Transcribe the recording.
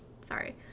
sorry